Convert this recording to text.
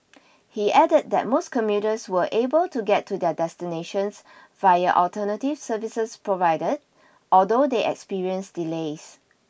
he added that most commuters were able to get to their destinations via alternative services provided although they experienced delays